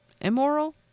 immoral